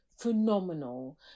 phenomenal